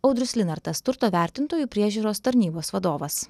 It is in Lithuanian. audrius linartas turto vertintojų priežiūros tarnybos vadovas